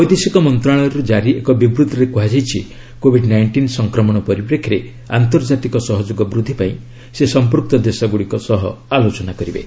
ବୈଦେଶିକ ମନ୍ତ୍ରଣାଳୟରୁ ଜାରି ଏକ ବିବୃତିରେ କୁହାଯାଇଛି କୋବିଡ ନାଇଣ୍ଟିନ୍ ସଂକ୍ରମଣ ପରିପ୍ରେକ୍ଷୀରେ ଆନ୍ତର୍ଜାତିକ ସହଯୋଗ ବୃଦ୍ଧି ପାଇଁ ସେ ସଂପୃକ୍ତ ଦେଶଗୁଡ଼ିକ ସହ ଆଲୋଚନା କରିବେ